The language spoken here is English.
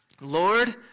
Lord